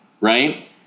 Right